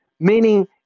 meaning